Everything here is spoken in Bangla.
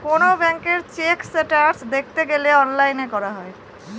কোনো ব্যাঙ্ক চেক স্টেটাস দেখতে গেলে অনলাইনে করা যায়